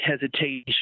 hesitation